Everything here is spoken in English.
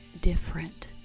different